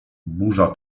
burza